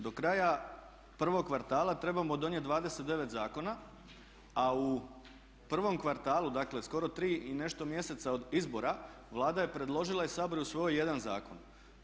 Do kraja prvog kvartala trebamo donijeti 29 zakona, a u prvom kvartalu dakle skoro 3 i nešto mjeseca od izbora Vlada je predložila i Sabor je usvojio 1 zakon.